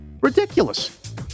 Ridiculous